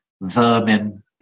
vermin